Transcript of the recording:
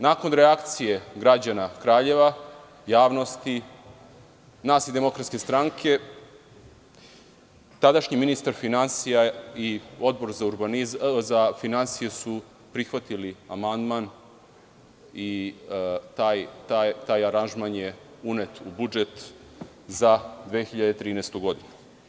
Nakon reakcije građana Kraljeva, javnosti, nas iz DS, tadašnji ministar finansija i Odbor za finansije su prihvatili amandman i taj aranžman je unet u budžet za 2013. godinu.